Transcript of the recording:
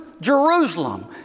Jerusalem